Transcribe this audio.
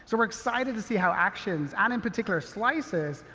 so we're excited to see how actions and, in particular, slices,